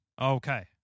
Okay